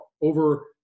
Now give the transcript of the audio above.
over